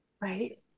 right